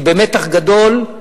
אני במתח גדול.